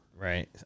Right